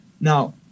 Now